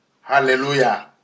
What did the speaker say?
Hallelujah